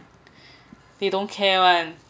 they don't care [one]